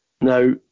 Now